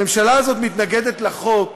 הממשלה הזאת מתנגדת לחוק,